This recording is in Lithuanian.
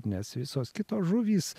nes visos kitos žuvys